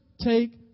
take